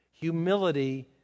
Humility